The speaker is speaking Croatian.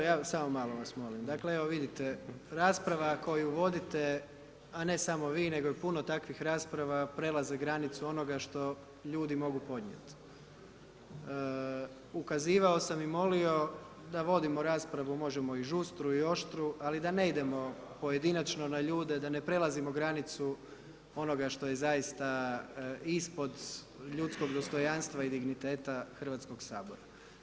Evo vidite rasprava koju vodite, a ne samo vi nego i puno takvih rasprava prelaze granicu onoga što ljudi mogu podnijeti. ukazivao sam i molio da vodimo raspravu, možemo žustru i oštru, ali da ne idemo pojedinačno na ljude, da ne prelazimo granicu onoga što je zaista ispod ljudskog dostojanstva i digniteta Hrvatskog sabora.